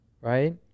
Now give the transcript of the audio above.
right